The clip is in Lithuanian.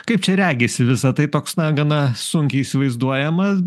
kaip čia regisi visa tai toks na gana sunkiai įsivaizduojama